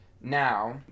Now